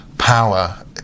power